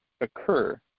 occur